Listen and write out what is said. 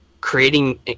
creating